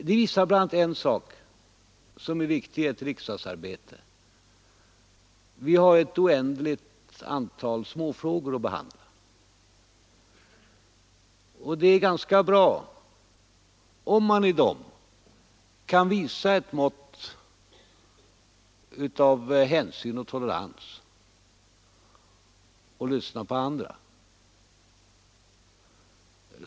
De visar en sak som är viktig i riksdagsarbetet, nämligen att riksdagen har ett oändligt antal små frågor att behandla. Det är bra om man kan visa ett mått av hänsyn och tolerans och lyssna till andra.